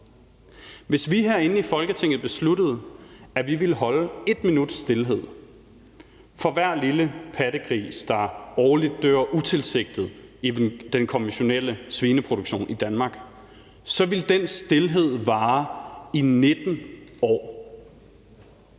Hvis vi herinde i Folketinget besluttede, at vi ville holde 1 minuts stilhed for hver lille pattegris, der årligt dør utilsigtet i den konventionelle svineproduktion i Danmark, ville den stilhed vare i 19 år.